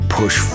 push